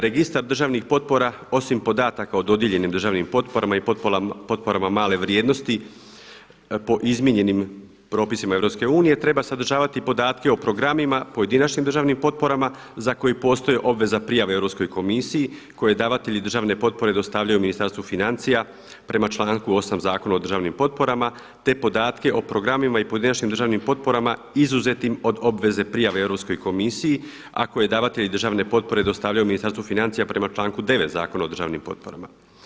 Registar državnih potpora osim podataka o dodijeljenim državnim potporama i potporama male vrijednosti po izmijenjenim propisima EU treba sadržavati podatke o programima, pojedinačnim državnim potporama za koje postoji obveza prijave Europskoj komisiji kojoj davatelji državne potpore dostavljaju Ministarstvu financija prema članku 8. Zakona o državnim potporama, te podatke o programima i pojedinačnim državnim potporama izuzetim od obveze prijave Europskoj komisiji a koje davatelji državne potpore dostavljaju Ministarstvu financija prema članku 9. Zakona o državnim potporama.